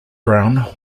brown